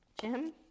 Jim